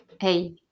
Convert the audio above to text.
Hey